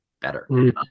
better